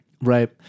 Right